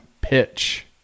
pitch